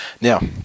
Now